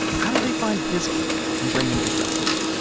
how did they find his killer and bring him to justice?